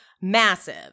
massive